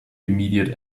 immediate